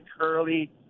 curly